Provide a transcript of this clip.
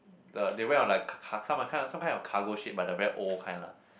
the they went on like car~ car~ some kind of cargo ship but the very old kind lah